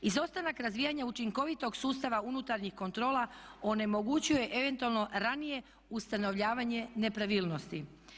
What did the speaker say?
Izostanak razvijanja učinkovitog sustava unutarnjih kontrola onemogućuje eventualno ranije ustanovljavanje nepravilnosti.